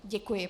Děkuji.